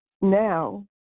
now